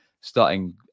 starting